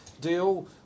deal